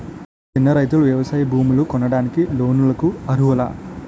చిన్న రైతులు వ్యవసాయ భూములు కొనడానికి లోన్ లకు అర్హులా?